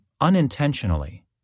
unintentionally